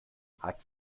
hat